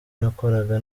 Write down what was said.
nakoraga